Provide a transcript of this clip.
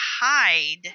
hide